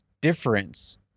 difference